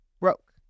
Broke